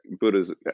buddha's